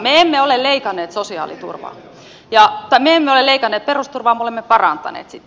me emme ole leikanneet perusturvaa me olemme parantaneet sitä